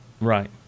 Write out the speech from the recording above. right